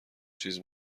چیز